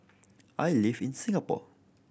I live in Singapore